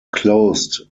closed